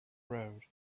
road